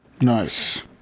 Nice